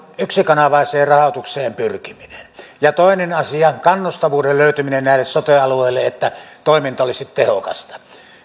yksikanavaiseen rahoitukseen pyrkiminen ja toinen asia kannustavuuden löytyminen näille sote alueille että toiminta olisi tehokasta